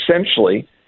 essentially